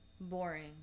Boring